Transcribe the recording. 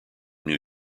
new